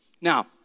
Now